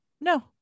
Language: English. no